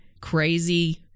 crazy